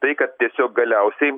tai kad tiesiog galiausiai